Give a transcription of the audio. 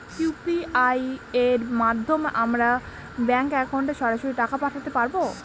UPI এর মাধ্যমে আমরা ব্যাঙ্ক একাউন্টে সরাসরি টাকা পাঠাতে পারবো?